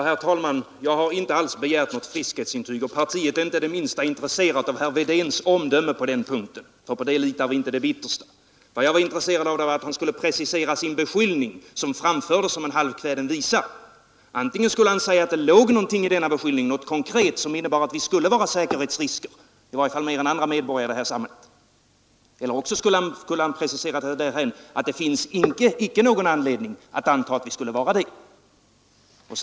Herr talman! Jag har inte alls begärt något friskhetsintyg, och partiet är inte det minsta intresserat av herr Wedéns omdöme på den punkten, för på det litar vi inte det bittersta. Vad jag var intresserad av var att herr Wedén skulle precisera sin beskyllning som framfördes som en halvkväden visa. Antingen skulle han säga att det låg någonting i denna beskyllning, något konkret som innebär att vi skulle vara säkerhetsrisker i varje fall mer än andra medborgare i det här samhället — eller också skulle han precisera det därhän att dét icke finns någon anledning att anta att vi skulle vara säkerhetsrisker.